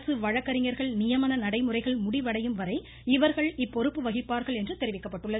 அரசு வழக்கறிஞர்கள் நியமன நடைமுறைகள் முடிவடையும் வரை இவர்கள் இப்பொறுப்பு வகிப்பார்கள் என தெரிவிக்கப்பட்டுள்ளது